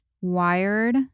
wired